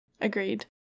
Agreed